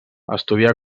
estudià